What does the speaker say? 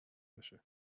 بشه